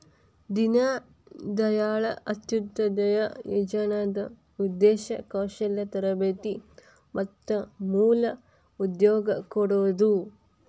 ದೇನ ದಾಯಾಳ್ ಅಂತ್ಯೊದಯ ಯೋಜನಾದ್ ಉದ್ದೇಶ ಕೌಶಲ್ಯ ತರಬೇತಿ ಮತ್ತ ಮೂಲ ಉದ್ಯೋಗ ಕೊಡೋದು